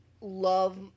love